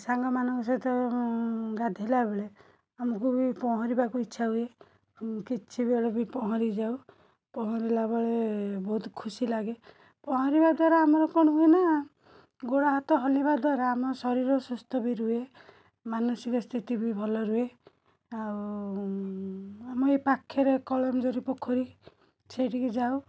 ସାଙ୍ଗମାନଙ୍କ ସହିତ ଗାଧୋଇଲା ବେଳେ ଆମକୁ ବି ପହଁରିବାକୁ ଇଚ୍ଛା ହୁଏ କିଛି ବେଳେ ବି ପହଁରି ଯାଉ ପହଁରିଲା ବେଳେ ବହୁତ ଖୁସି ଲାଗେ ପହଁରିବା ଦ୍ୱାରା ଆମର କ'ଣ ହୁଏ ନା ଗୋଡ଼ ହାତ ହଲିବା ଦ୍ୱାରା ଆମ ଶରୀର ସୁସ୍ଥ ବି ରୁହେ ମାନସିକ ସ୍ଥିତି ବି ଭଲ ରୁହେ ଆଉ ଆମ ଏ ପାଖରେ କଳମ ଜରି ପୋଖରୀ ସେଇଠି କି ଯାଉ